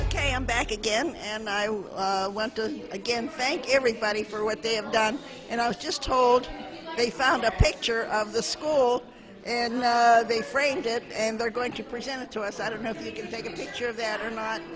ok i'm back again and i want to again thank everybody for what they have done and i was just told me they found a picture of the school and they framed it and they're going to present it to us i don't know if you can take a picture of that or not and